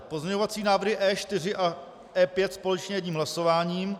Pozměňovací návrhy E4 a E5 společně jedním hlasováním.